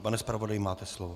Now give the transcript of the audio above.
Pane zpravodaji, máte slovo.